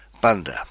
Banda